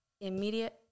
immediate